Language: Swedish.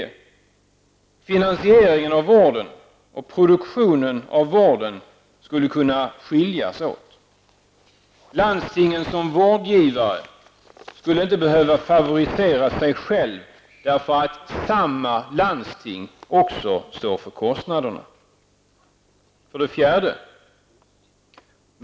Finansieringen av vården och produktionen av vården skulle kunna skiljas åt. Landstingen som vårdgivare skulle inte behöva favorisera sig själv, därför att samma landsting också står för kostnaderna. 4.